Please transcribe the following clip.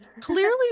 clearly